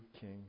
king